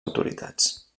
autoritats